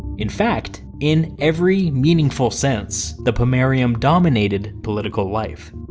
in fact, in every meaningful sense, the pomerium dominated political life.